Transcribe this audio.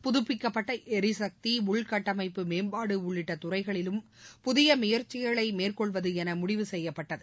புதப்பிக்கப்பட்ட எரிசக்தி உள்கட்டமைப்பு மேம்பாடு உள்ளிட்ட துறைகளிலும் புதிய முயற்சிகளை மேற்கொள்வது என முடிவு செய்யப்பட்டது